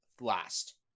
last